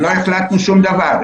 לא החלטנו שום דבר.